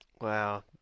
Wow